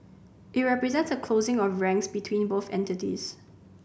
it represents a closing of ranks between both entities